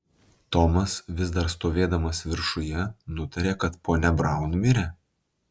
tomas vis dar stovėdamas viršuje nutarė kad ponia braun mirė